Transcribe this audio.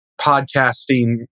podcasting